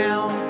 Down